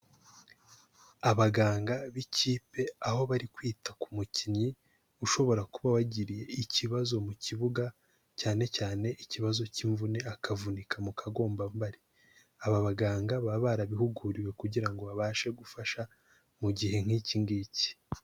Abaganga b'ikipe aho bari kwita ku mukinnyi ushobora kuba wagiriye ikibazo mu kibuga cyane cyane ikibazo cy'imvune akavunika mu kagombambare, aba baganga baba barabihuguriwe kugira ngo babashe gufasha mu gihe nk'iki ngiki.